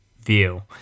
view